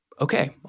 okay